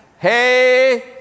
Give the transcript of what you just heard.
Hey